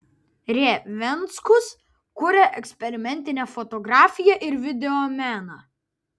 r venckus kuria eksperimentinę fotografiją ir videomeną